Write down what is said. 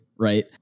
right